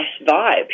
vibe